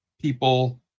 people